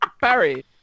Barry